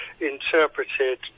interpreted